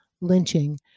lynching